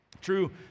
True